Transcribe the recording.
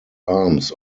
arms